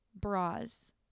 Bras